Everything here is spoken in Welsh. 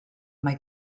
mae